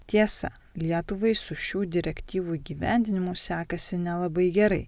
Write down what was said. tiesa lietuvai su šių direktyvų įgyvendinimu sekasi nelabai gerai